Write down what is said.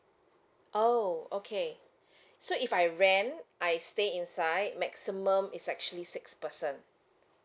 oh okay so if I rent I stay inside maximum is actually six person